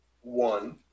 one